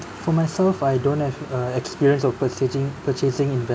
for myself I don't have uh experience of purchasing purchasing